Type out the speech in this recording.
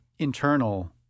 internal